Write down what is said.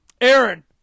Aaron